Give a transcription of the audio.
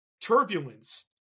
turbulence